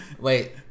Wait